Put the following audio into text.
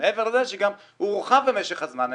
מעבר לזה שגם הוא הורחב במשך הזמן.